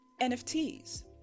NFTs